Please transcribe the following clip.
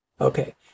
Okay